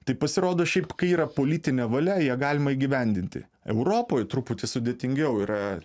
tai pasirodo šiaip kai yra politinė valia ją galima įgyvendinti europoj truputį sudėtingiau yra